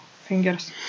fingers